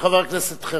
וחבר הכנסת חרמש.